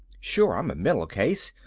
sure i'm a mental case,